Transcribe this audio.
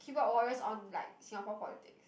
keyboard warriors on like Singapore politics